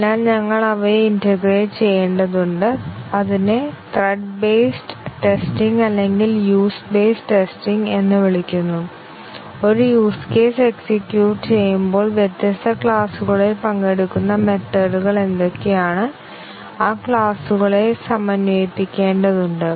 അതിനാൽ ഞങ്ങൾ അവയെ ഇന്റേഗ്രേറ്റ് ചെയ്യേണ്ടതുണ്ട് അതിനെ ത്രെഡ് ബേസ്ഡ് ടെസ്റ്റിംഗ് അല്ലെങ്കിൽ യൂസ് ബേസ്ഡ് ടെസ്റ്റിംഗ് എന്ന് വിളിക്കുന്നു ഒരു യൂസ് കേസ് എക്സിക്യൂട്ട് ചെയ്യുമ്പോൾ വ്യത്യസ്ത ക്ലാസുകളിൽ പങ്കെടുക്കുന്ന മെത്തേഡ്കൾ എന്തൊക്കെയാണ് ആ ക്ലാസുകളെ സമന്വയിപ്പിക്കേണ്ടതുണ്ട്